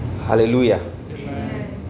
Hallelujah